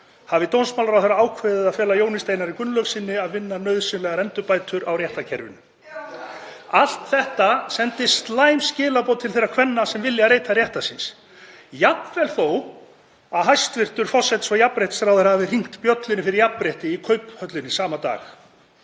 hafi dómsmálaráðherra ákveðið að fela Jóni Steinari Gunnlaugssyni að vinna nauðsynlegar endurbætur á réttarkerfinu. Allt þetta sendi slæm skilaboð til þeirra kvenna sem vilja leita réttar síns, jafnvel þó að hæstv. forsætis- og jafnréttisráðherra hafi hringt bjöllunni fyrir jafnrétti í Kauphöllinni sama dag.